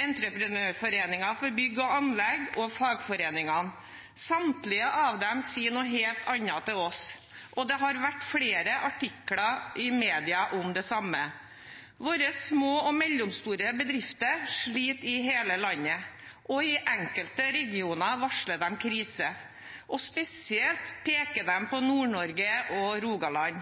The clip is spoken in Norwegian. Entreprenørforeningen – Bygg og Anlegg og fagforeningene. Samtlige av dem sier noe helt annet til oss, og det har vært flere artikler i media om det samme. Våre små og mellomstore bedrifter i hele landet sliter, og i enkelte regioner varsler de krise, spesielt peker de på Nord-Norge og Rogaland.